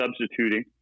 substituting